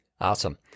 Awesome